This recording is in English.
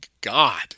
God